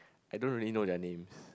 I don't really know their names